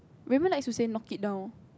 we haven't like to say knock it down